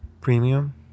premium